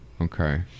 okay